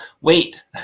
Wait